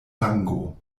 lango